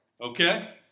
okay